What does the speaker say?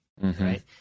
Right